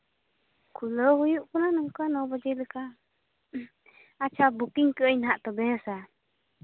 ᱠᱷᱩᱞᱟᱹᱣ ᱦᱩᱭᱩᱜ ᱠᱟᱱᱟ ᱱᱚᱝᱠᱟ ᱱᱚ ᱵᱟᱡᱮ ᱞᱮᱠᱟ ᱟᱪᱪᱷᱟ ᱵᱩᱠᱤᱝ ᱠᱟᱜ ᱟᱹᱧ ᱱᱟᱦᱟᱸᱜ ᱛᱚᱵᱮ ᱦᱮᱸᱥᱮ